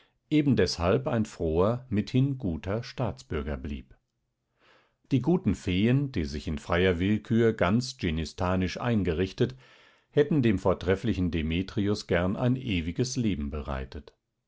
ebendeshalb ein froher mithin guter staatsbürger blieb die guten feen die sich in freier willkür ganz dschinnistanisch eingerichtet hätten dem vortrefflichen demetrius gern ein ewiges leben bereitet